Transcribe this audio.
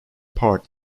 part